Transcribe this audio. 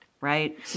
right